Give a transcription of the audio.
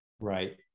right